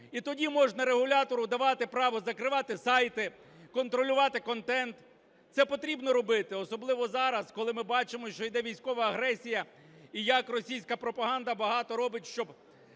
І тоді можна регулятору давати право закривати сайти, контролювати контент. Це потрібно робити, особливо зараз, коли ми бачимо, що йде військова агресія і як російська пропаганда багато робить, щоб